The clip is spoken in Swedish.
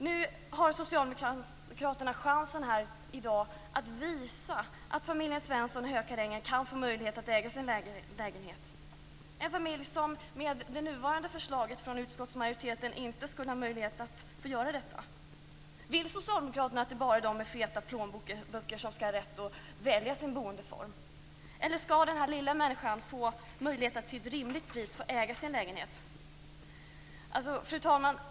Nu har socialdemokraterna chansen att här i dag visa att familjen Svensson i Hökarängen kan få möjlighet att äga sin lägenhet - en familj som med det nuvarande förslaget från utskottsmajoriteten inte skulle ha möjlighet att göra detta. Vill socialdemokraterna att det bara är de med feta plånböcker som skall ha rätt att välja sin boendeform eller skall också den lilla människan få möjlighet att till ett rimligt pris äga sin lägenhet? Fru talman!